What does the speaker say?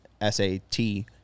S-A-T